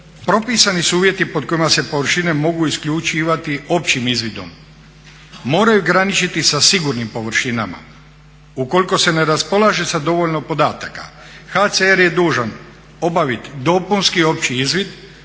propisani su uvjeti pod kojima se površine mogu isključivati općim izvidom. Moraju graničiti sa sigurnim površinama. Ukoliko se ne raspolaže sa dovoljno podataka HCR je dužan obaviti dopunski i opći izvid